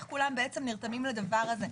איך כולם נרתמים לדבר הזה.